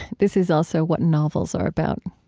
this is also what novels are about.